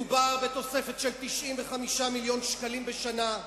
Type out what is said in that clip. מדובר בתוספת של 95 מיליון שקלים בשנה,